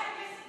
זה משנה?